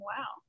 Wow